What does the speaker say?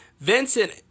Vincent